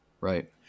Right